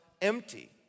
empty